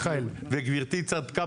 וגברתי צדקה